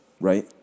right